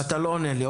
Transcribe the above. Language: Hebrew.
אתה לא עונה לי.